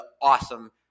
awesome